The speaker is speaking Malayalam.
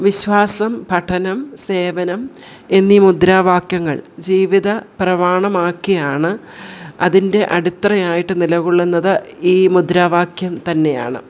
വിശ്വാസം പഠനം സേവനം എന്നീ മുദ്രാവാക്യങ്ങൾ ജീവിത പ്രമാണമാക്കിയാണ് അതിൻ്റെ അടിത്തറയായിട്ട് നില കൊള്ളുന്നത് ഈ മുദ്രാവാക്യം തന്നെയാണ്